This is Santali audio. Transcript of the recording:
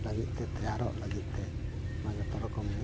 ᱞᱟᱹᱜᱤᱫ ᱛᱮ ᱛᱮᱭᱟᱨᱚᱜ ᱞᱟᱹᱜᱤᱫ ᱛᱮ ᱱᱚᱶᱟ ᱡᱚᱛᱚ ᱨᱚᱠᱚᱢ ᱜᱮ